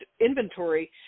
inventory